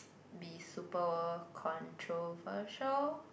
be super controversial